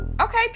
Okay